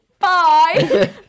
Bye